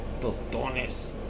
Totones